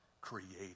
created